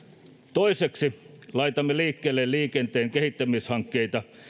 toiseksi laitamme liikkeelle liikenteen kehittämishankkeita